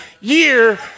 year